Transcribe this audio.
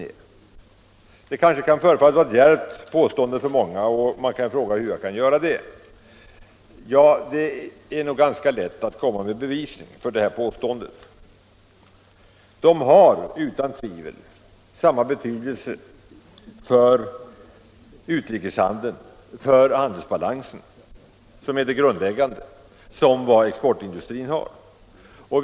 Det kanske för många kan förefalla vara ett djärvt påstående, och man kanske frågar hur jag kan göra det. Det är nog ganska lätt att komma med bevisning för det påståendet. Dessa företag har utan tvivel samma betydelse för utrikeshandeln och för handelsbalansen som exportindustrin har, och det är det grundläggande.